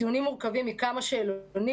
הציונים מורכבים מכמה שאלונים,